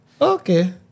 okay